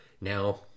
Now